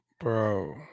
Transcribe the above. Bro